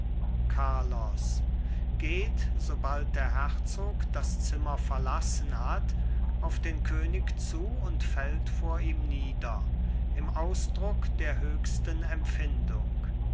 carlos geht sobald der herzog des zimmer verlassen hat auf den könig zu und fällt vor ihm nieder im ausdruck der höchsten empfindung